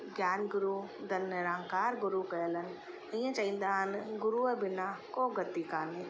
ज्ञान गुरु धन निरंकार गुरु कयल आहिनि इअं चईंदा आहिनि गुरुअ बिना को बि गति काने